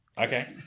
okay